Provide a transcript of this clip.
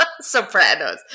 Sopranos